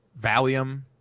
Valium